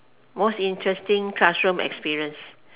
most interesting classroom experience